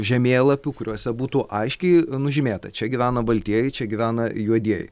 žemėlapių kuriuose būtų aiškiai nužymėta čia gyvena baltieji čia gyvena juodieji